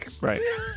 right